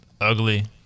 ugly